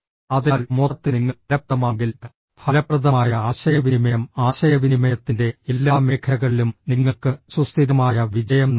അതിനാൽ മൊത്തത്തിൽ നിങ്ങൾ ഫലപ്രദമാണെങ്കിൽ ഫലപ്രദമായ ആശയവിനിമയം ആശയവിനിമയത്തിന്റെ എല്ലാ മേഖലകളിലും നിങ്ങൾക്ക് സുസ്ഥിരമായ വിജയം നൽകും